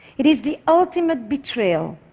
it is the ultimate betrayal.